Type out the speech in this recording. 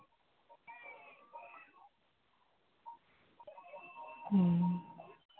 ᱦᱩᱸ